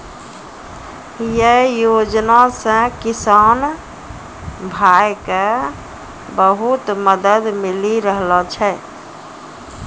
यै योजना सॅ किसान भाय क बहुत मदद मिली रहलो छै